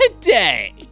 today